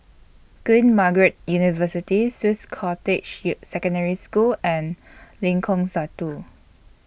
Queen Margaret University Swiss Cottage U Secondary School and Lengkong Satu